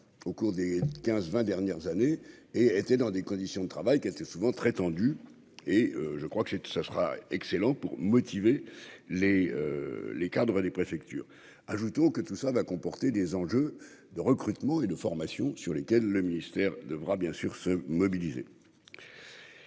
au cours des 15 20 dernières années, et était dans des conditions de travail qui a été souvent très tendu et je crois que c'est ça sera excellent pour motiver les les cadres et les préfectures, ajoutons que tout ça va comporter des enjeux de recrutement et de formation sur lesquelles le ministère devra bien sûr se mobiliser